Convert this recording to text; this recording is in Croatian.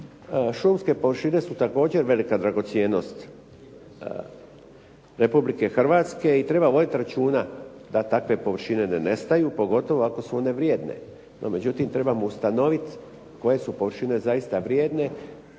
šumske površine su također velika dragocjenost Republike Hrvatske i treba voditi računa da takve površine ne nestaju, pogotovo ako su one vrijedne. No međutim, trebamo ustanoviti koje su površine zaista vrijedne,